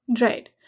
right